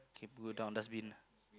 k put down dustbin